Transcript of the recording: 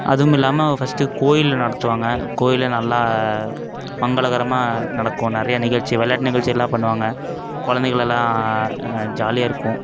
அதுவும் இல்லாமல் ஃபஸ்ட்டு கோயிலில் நடத்துவாங்க கோயிலில் நல்லா மங்களகரமாக நடக்கும் நிறைய நிகழ்ச்சி வெளையாட்டு நிகழ்ச்சி எல்லாம் பண்ணுவாங்க குழந்தைகள் எல்லாம் ஜாலியாக இருக்கும்